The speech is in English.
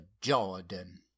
Jordan